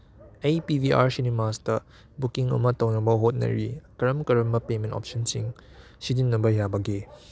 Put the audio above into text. ꯑꯩ ꯄꯤ ꯚꯤ ꯑꯥꯔ ꯁꯤꯅꯤꯃꯥꯁꯗ ꯕꯨꯀꯤꯡ ꯑꯃ ꯇꯧꯅꯕ ꯍꯣꯠꯅꯔꯤ ꯀꯔꯝ ꯀꯔꯝꯕ ꯄꯦꯃꯦꯟ ꯑꯣꯞꯁꯟꯁꯤꯡ ꯁꯤꯖꯤꯟꯅꯕ ꯌꯥꯕꯒꯦ